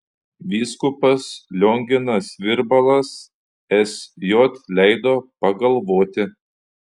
vyskupas lionginas virbalas sj leido pagalvoti